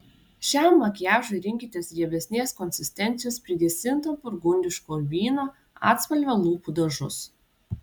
šiam makiažui rinkitės riebesnės konsistencijos prigesinto burgundiško vyno atspalvio lūpų dažus